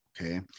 okay